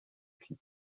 clip